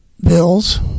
bills